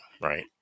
Right